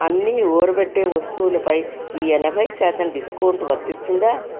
అన్ని ఊరబెట్టే వస్తువులుపై ఈ ఎనభై శాతం డిస్కౌంట్ వర్తిస్తుందా